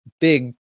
big